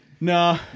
No